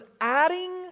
adding